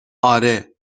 آره